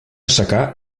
secà